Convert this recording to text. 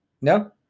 No